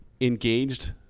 engaged